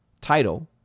title